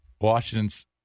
Washington's